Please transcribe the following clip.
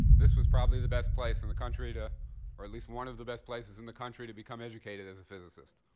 this was probably the best place in the country, or at least one of the best places in the country, to become educated as a physicist.